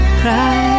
cry